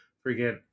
Forget